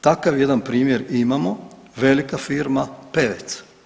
Takav jedan primjer imamo, velika firma Pevec.